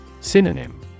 Synonym